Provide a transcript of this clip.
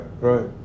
Right